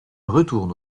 retourne